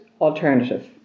alternative